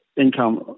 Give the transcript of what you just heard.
income